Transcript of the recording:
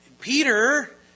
Peter